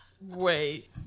wait